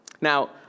Now